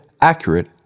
accurate